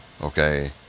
Okay